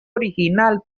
original